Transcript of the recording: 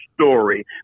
story